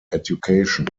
education